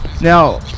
now